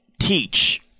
teach